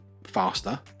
faster